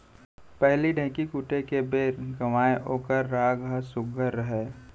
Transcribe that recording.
पहिली ढ़ेंकी कूटे के बेर गावयँ ओकर राग ह सुग्घर रहय